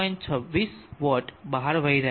26 vote બહાર વહી રહ્યા છે